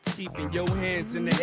keeping your hands in